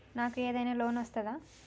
నాకు ఏదైనా లోన్ వస్తదా?